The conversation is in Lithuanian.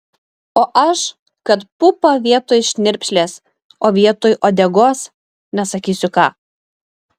o aš kad pupą vietoj šnirpšlės o vietoj uodegos nesakysiu ką